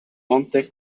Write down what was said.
monte